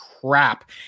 crap